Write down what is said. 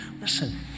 Listen